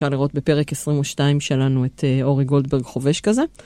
אפשר לראות בפרק 22 שלנו את אורי גולדברג חובש כזה.